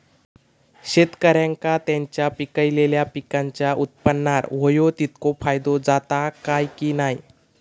शेतकऱ्यांका त्यांचा पिकयलेल्या पीकांच्या उत्पन्नार होयो तितको फायदो जाता काय की नाय?